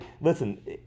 listen